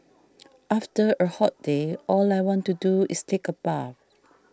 after a hot day all I want to do is take a bath